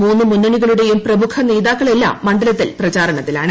മൂന്നു മുന്നണികളുടെയും പ്രമുഖ നേതാക്കളെല്ലാം മണ്ഡലത്തിൽ പ്രചാരണത്തിലാണ്